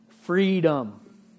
freedom